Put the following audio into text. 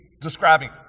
describing